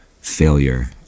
failure